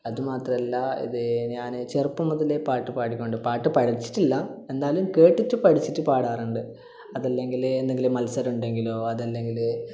അതു മാത്രമല്ല ഇത് ഞാൻ ചെറുപ്പം മുതലേ പാട്ട് പാടിക്കൊണ്ട് പാട്ട് പടിച്ചിട്ടില്ല എന്തായാലും കേട്ടിട്ട് പടിച്ചിട്ട് പാടാറുണ്ട് അതല്ലെങ്കിൽ എന്തെങ്കിലും മൽസരം ഉണ്ടെങ്കിലോ അതല്ലെങ്കിൽ